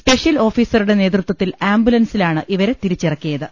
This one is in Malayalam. സ്പെഷ്യൽ ഓഫീസറുടെ നേതൃത്വത്തിൽ ആംബുലൻസിലാണ് ഇവരെ തിരിച്ചിറക്കിയത്